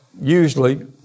usually